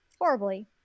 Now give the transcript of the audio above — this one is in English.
Horribly